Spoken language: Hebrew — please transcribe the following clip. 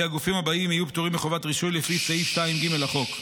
כי הגופים הבאים יהיו פטורים מחובת רישוי לפי סעיף 2ג לחוק: